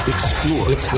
Explore